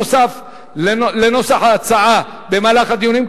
נוסף לנוסח ההצעה במהלך הדיונים,